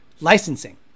licensing